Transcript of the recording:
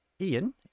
ian